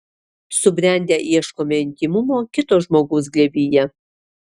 subrendę ieškome intymumo kito žmogaus glėbyje